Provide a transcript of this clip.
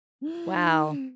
Wow